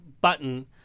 button